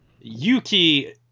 Yuki